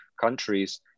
countries